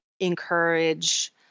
encourage